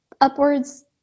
upwards